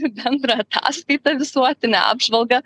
bendrą ataskaitą visuotinę apžvalgą